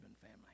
family